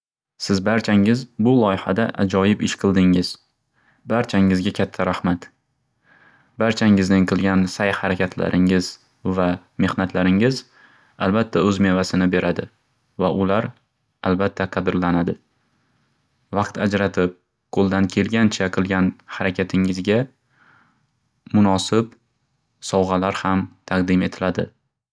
Siz barchangiz bu loyihada ajoyib ish qildingiz. Barchangizga katta rahmat! Barchangizni qilgan sayi harakatlaringiz va mehnatlaringiz albatda o'z mevasini beradi va ular albatda qadirlanadi. Vaqt ajratib, qo'ldan kelgancha qilgan harakatingizga munosib sovg'alar ham taqdim etiladi.